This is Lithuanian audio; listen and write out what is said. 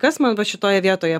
kas man va šitoje vietoje